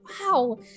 wow